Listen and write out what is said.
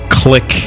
click